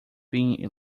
being